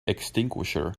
extinguisher